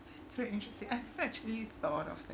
that's very interesting I've actually thought of that